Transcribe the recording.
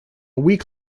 week